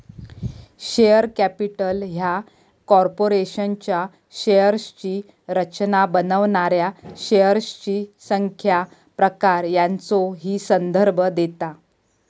share capital ह्या कॉर्पोरेशनच्या शेअर्सची रचना बनवणाऱ्या शेअर्सची संख्या, प्रकार यांचो ही संदर्भ देता